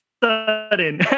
sudden